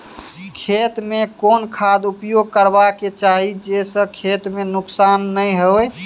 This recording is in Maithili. खेत में कोन खाद उपयोग करबा के चाही जे स खेत में नुकसान नैय होय?